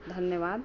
धन्यवाद